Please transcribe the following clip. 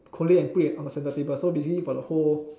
collate and put it on the centre table so basically for the whole